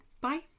bye